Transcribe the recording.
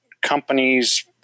Companies